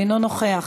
אינו נוכח.